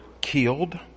killed